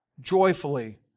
joyfully